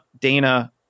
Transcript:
Dana